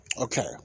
Okay